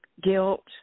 guilt